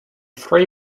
three